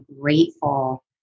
grateful